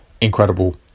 incredible